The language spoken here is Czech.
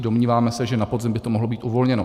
Domníváme se, že na podzim by to mohlo být uvolněno.